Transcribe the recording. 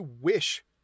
wish